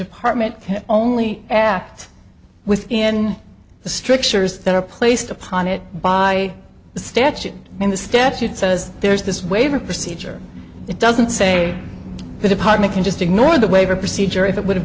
department can only act within the strictures that are placed upon it by statute and the statute says there's this waiver procedure it doesn't say the department can just ignore the waiver procedure if it would have